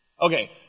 Okay